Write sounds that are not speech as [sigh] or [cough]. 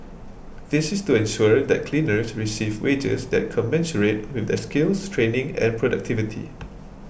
this is to ensure that cleaners receive wages that commensurate [unintelligible] skills training and productivity